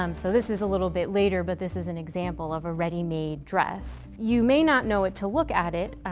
um so this is a little bit later but this is an example of a ready-made dress. you may not know it to look at it,